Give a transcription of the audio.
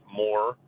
more